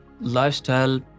Lifestyle